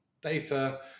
data